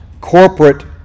corporate